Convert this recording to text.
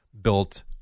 built